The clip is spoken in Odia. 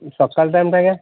ସକାଳ ଟାଇମ୍ଟା ଆଜ୍ଞା